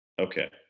Okay